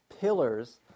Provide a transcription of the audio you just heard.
pillars